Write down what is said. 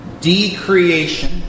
decreation